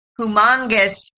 humongous